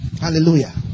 Hallelujah